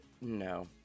No